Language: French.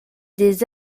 des